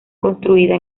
construida